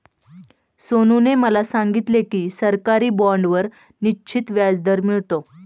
सोनूने मला सांगितले की सरकारी बाँडवर निश्चित व्याजदर मिळतो